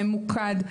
ממוקד,